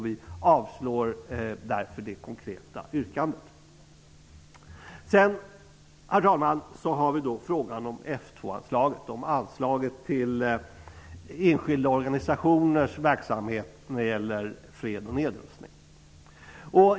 Vi avstyrker därför det konkreta yrkandet. Herr talman! Vidare var det förslaget om F2 anslaget. Det gäller anslaget till enskilda organisationers verksamhet i fråga om fred och nedrustning.